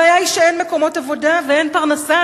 הבעיה היא שאין מקומות עבודה ואין פרנסה,